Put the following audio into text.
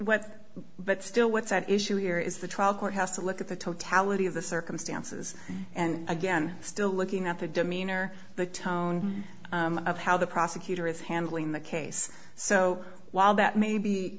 what but still what's at issue here is the trial court has to look at the totality of the circumstances and again still looking at the demeanor the tone of how the prosecutor is handling the case so while that may be